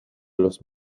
los